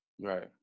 right